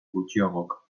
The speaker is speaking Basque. gutxiagok